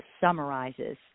summarizes